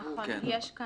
נכון, כי יש פה